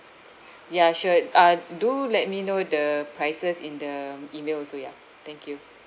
ya sure uh do let me know the prices in the email also ya thank you